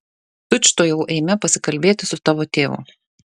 tučtuojau eime pasikalbėti su tavo tėvu